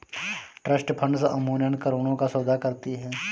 trust funds अमूमन करोड़ों का सौदा करती हैं